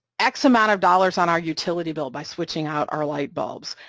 x amount of dollars on our utility bill by switching out our lightbulbs,